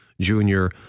Junior